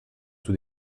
tout